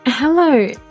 Hello